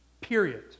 Period